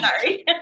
Sorry